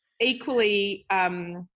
equally